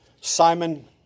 Simon